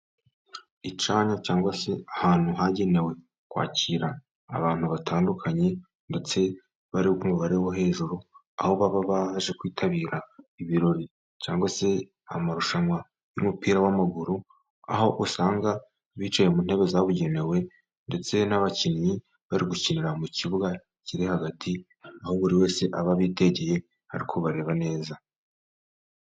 Icyanya cyangwa se ahantu hagenewe kwakira abantu batandukanye ndetse bari umubare wo hejuru aho baba baje kwitabira ibirori cyangwa se amarushanwa y'umupira w'amaguru, aho usanga bicaye mu ntebe zabugenewe ndetse n'abakinnyi bari gukinira mu kibuga kiri hagati aho buri wese aba abitegeye ari kubareba neza.